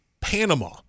Panama